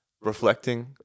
reflecting